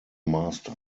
master